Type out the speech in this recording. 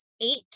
eight